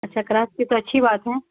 اچھا کلاس کی تو اچھی بات ہے